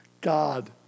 God